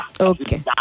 Okay